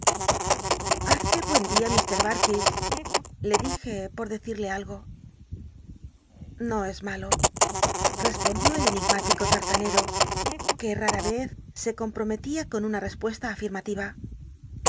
hace buen dia ur barkis le dije por decirle algo l'io es malo respond ió el cnigmtilico tartanero que rara vez se comprometía con una respuesta afirmativa